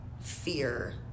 Fear